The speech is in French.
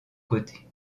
côté